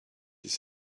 his